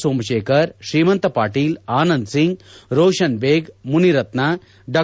ಸೋಮಶೇಖರ್ ಶ್ರೀಮಂತ್ ಪಾಟೀಲ್ ಆನಂದ ಒಂಗ್ ರೋಷನ್ ದೇಗ್ ಮುನಿರತ್ನ ಡಾ